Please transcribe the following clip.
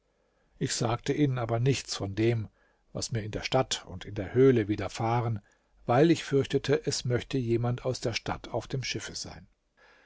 ich sagte ihnen aber nichts von dem was mir in der stadt und in der höhle widerfahren weil ich fürchtete es möchte jemand aus der stadt auf dem schiffe sein